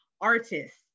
artists